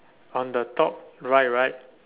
on the top right right